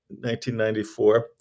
1994